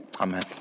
amen